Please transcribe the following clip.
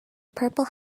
purple